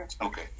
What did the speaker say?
Okay